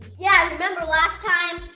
yeah remember last time?